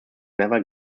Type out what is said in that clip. never